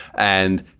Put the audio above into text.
and.